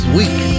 week